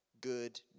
good